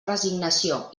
resignació